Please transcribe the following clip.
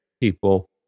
people